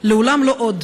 "לעולם לא עוד".